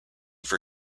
for